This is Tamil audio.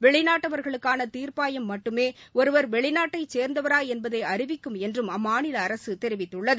வெளிநாட்டவர்களுக்கான தீர்ப்பாயம் மட்டுமே ஒருவர் வெளிநாட்டைச் சேர்ந்தவரா என்பதை அறிவிக்கும் என்றும் அம்மாநில அரசு தெரிவித்துள்ளது